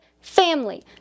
family